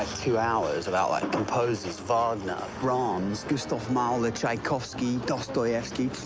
two hours about, like, composers wagner, brahms, gustav mahler, tchaikovsky, dostoyevsky.